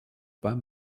pas